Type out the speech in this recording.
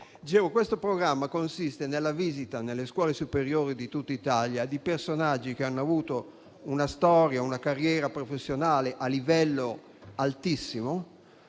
Questo programma consiste nella visita nelle scuole superiori di tutti Italia da parte di personaggi che hanno avuto una storia e una carriera professionale a livello altissimo,